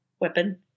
weapon